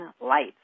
lights